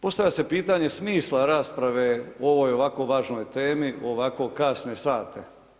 Postavlja se pitanje smisla rasprave u ovoj ovako važnoj temi, u ovako kasne sate.